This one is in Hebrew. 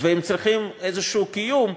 הם צריכים איזה קיום,